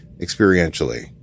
experientially